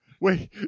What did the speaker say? Wait